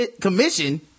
Commission